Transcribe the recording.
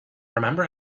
remember